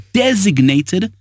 designated